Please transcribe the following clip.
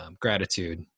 gratitude